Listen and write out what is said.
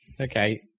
Okay